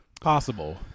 Possible